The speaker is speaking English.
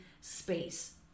space